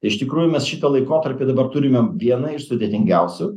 iš tikrųjų mes šitą laikotarpį dabar turime vieną iš sudėtingiausių